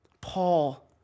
Paul